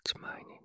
mining